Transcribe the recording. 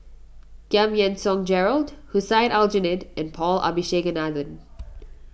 Giam Yean Song Gerald Hussein Aljunied and Paul Abisheganaden